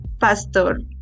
pastor